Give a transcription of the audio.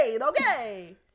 okay